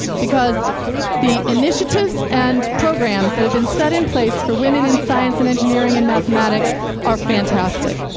because the initiatives and programs that have been set in place for women in science and engineering and mathematics are fantastic.